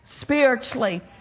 spiritually